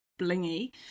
blingy